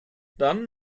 dann